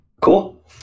Cool